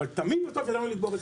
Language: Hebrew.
אבל תמיד ידענו לגמור הסכם.